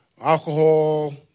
alcohol